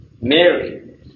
Mary